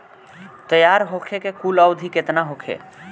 तैयार होखे के कुल अवधि केतना होखे?